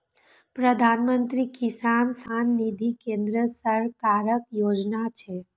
प्रधानमंत्री किसान सम्मान निधि केंद्र सरकारक योजना छियै